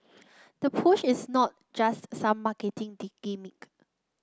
the push is not just some marketing gimmick